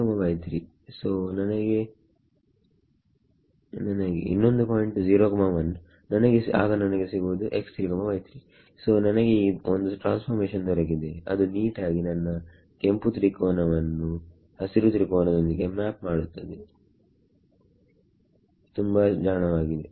ಹಾಗು ಇನ್ನೊಂದು ಪಾಯಿಂಟ್ 01 ನನಗೆ ಸಿಗುವುದು ಸೋ ನನಗೆ ಒಂದು ಟ್ರಾನ್ಸ್ಫಾರ್ಮೇಷನ್ ದೊರಕಿದೆ ಅದು ನೀಟ್ ಆಗಿ ನನ್ನ ಕೆಂಪು ತ್ರಿಕೋನ ವನ್ನು ಹಸಿರು ತ್ರಿಕೋನದೊಂದಿಗೆ ಮ್ಯಾಪ್ ಮಾಡುತ್ತದೆ ತುಂಬಾ ಜಾಣವಾಗಿದೆ